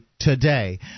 Today